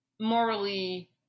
morally